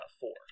four